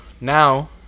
now